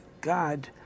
God